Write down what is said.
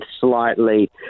slightly